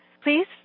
Please